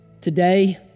Today